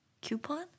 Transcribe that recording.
coupon